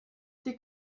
die